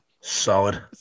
Solid